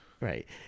right